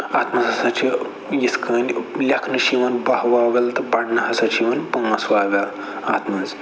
اَتھ مَنٛز ہَسا چھ یِتھ کٔنۍ لیٚکھنہٕ چھِ یِوان بَہہ واوٮ۪ل تہٕ پَرنہٕ ہَسا چھِ یِوان پانٛژھ واوٮ۪ل اتھ مَنٛز